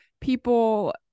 people